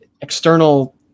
external